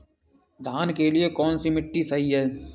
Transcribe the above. धान के लिए कौन सी मिट्टी सही है?